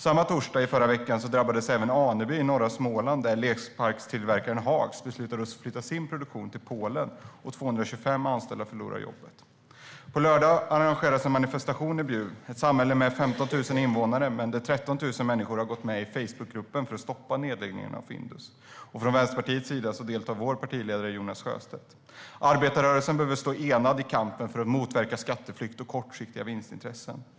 Samma torsdag förra veckan drabbades även Aneby i norra Småland, där lekplatstillverkaren Hags beslutade att flytta sin produktion till Polen. 225 anställda förlorar jobbet. På lördag arrangeras en manifestation i Bjuv, ett samhälle med 15 000 invånare men där 13 000 människor har gått med i en facebookgrupp för att stoppa nedläggningen av Findus. Från Vänsterpartiets sida deltar vår partiledare Jonas Sjöstedt. Arbetarrörelsen behöver stå enad i kampen för att motverka skatteflykt och kortsiktiga vinstintressen.